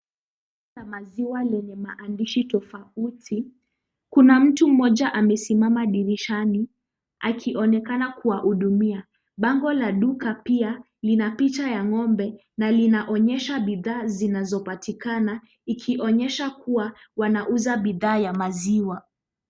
Duka la maziwa lenye maandishi tofauti. Kuna mtu mmoja amesimama dirishani akionekana kuwahudumia. Bango la duka pia ina picha ya ng'ombe na linaonyesha bidhaa zinazopatikana ikionyesha kuwa wanauza bidhaa ya maziwa.